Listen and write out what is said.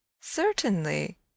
Certainly